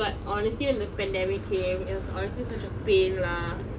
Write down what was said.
but honestly when the pandemic came it was honestly such a pain lah